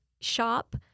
shop